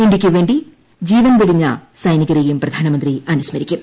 ഇന്ത്യയുക്കു വേണ്ടി ജീവൻ വെടിഞ്ഞ സൈനികരേയും പ്രധാനമന്ത്രി അനുസ്മരിക്കും